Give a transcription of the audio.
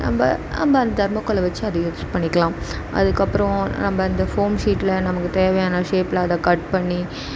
நம்ம நம்ம அந்த தர்மாக்கோலை வச்சு அதை யூஸ் பண்ணிக்கலாம் அதுக்கு அப்புறம் நம்ம இந்த ஃபோம் சீட்டில் நமக்கு தேவையான ஷேப்பில் அதை கட் பண்ணி